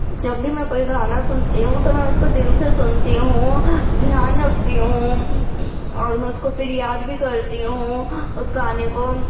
جب بھی میں کوئی گانا سنتی ہوں تو میں اس کو دل سے سنتی ہوں دھیان میں رکھتی ہوں اور میں اس کو پھر یاد بھی کرتی ہوں اس گانے کو